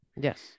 yes